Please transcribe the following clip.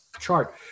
chart